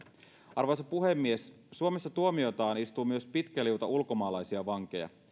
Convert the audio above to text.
arvoisa puhemies suomessa tuomiotaan istuu myös pitkä liuta ulkomaalaisia vankeja